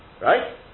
Right